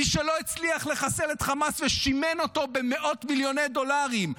מי שלא הצליח לחסל את חמאס ושימן אותו במאות מיליוני דולרים,